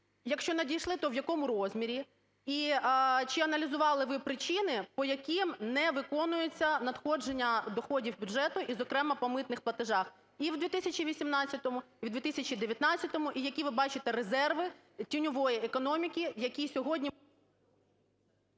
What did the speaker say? Якщо надійшли, то в якому розмірі? І чи аналізували ви причини, по яким не виконуються надходження доходів до бюджету, і, зокрема, по митних платежах і в 2018-му, і в 2019-му? І які ви бачите резерви тіньової економіки, які сьогодні…